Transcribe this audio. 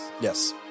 Yes